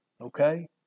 Okay